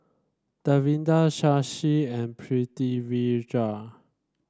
Davinder Shashi and Pritivirja